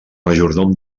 majordom